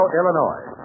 Illinois